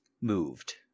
moved